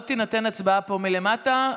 לא תינתן הצבעה פה, מלמטה.